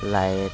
light